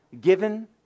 given